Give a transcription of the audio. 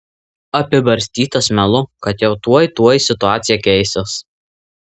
apibarstytas melu kad jau tuoj tuoj situacija keisis